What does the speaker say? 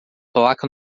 placa